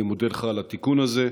אני מודה לך על התיקון הזה.